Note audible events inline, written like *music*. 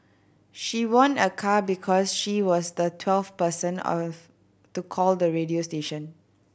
she won a car because she was the twelfth person *unintelligible* to call the radio station